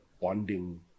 bonding